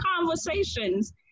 conversations